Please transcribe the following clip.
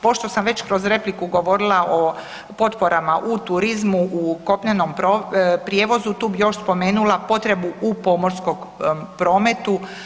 Pošto sam već kroz repliku govorila o potporama u turizmu, u kopnenom prijevozu tu bi još spomenula potrebu u pomorskom prometu.